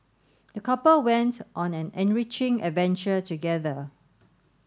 the couple went on an enriching adventure together